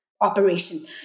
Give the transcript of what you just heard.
operation